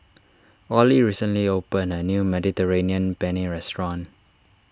Olie recently opened a new Mediterranean Penne restaurant